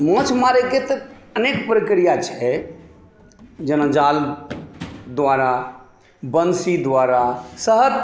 माछ मारेक तऽ अनेक प्रक्रिया छै जेना जाल द्वारा बंशी द्वारा सहत